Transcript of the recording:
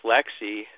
Lexi